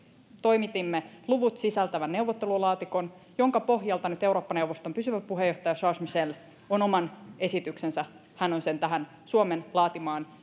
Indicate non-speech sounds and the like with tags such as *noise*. toimitimme luvut sisältävän neuvottelulaatikon jonka pohjalta eurooppa neuvoston pysyvä puheenjohtaja charles michel on nyt oman esityksensä tehnyt sen tähän suomen laatimaan *unintelligible*